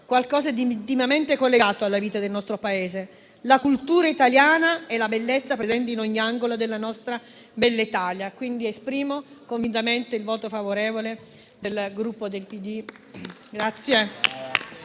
qualcosa di intimamente collegato alla vita del nostro Paese: la cultura italiana e la bellezza presenti in ogni angolo della nostra bella Italia. Quindi, esprimo convintamente il voto favorevole del Gruppo PD al